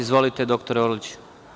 Izvolite, dr Orliću.